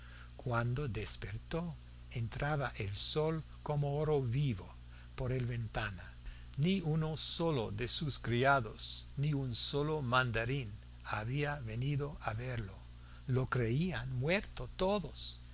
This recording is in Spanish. cuando despertó entraba el sol como oro vivo por la ventana ni uno solo de sus criados ni un solo mandarín había venido a verlo lo creían muerto todos